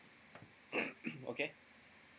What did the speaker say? okay